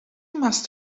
must